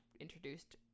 introduced